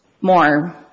more